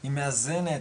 היא מאזנת,